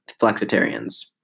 flexitarians